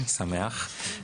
אני שמח.